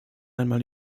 einmal